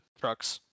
trucks